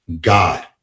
God